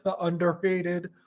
underrated